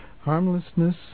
Harmlessness